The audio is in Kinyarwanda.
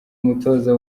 umutoza